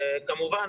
כמובן,